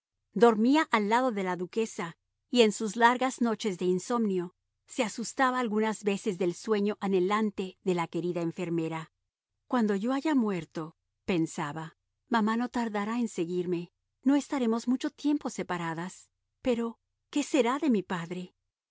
dormía al lado de la duquesa y en sus largas noches de insomnio se asustaba algunas veces del sueño anhelante de la querida enfermera cuando yo haya muerto pensaba mamá no tardará en seguirme no estaremos mucho tiempo separadas pero qué será de mi padre